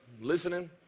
listening